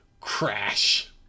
crash